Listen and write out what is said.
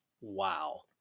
Wow